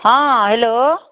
हँ हेलो